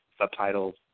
subtitles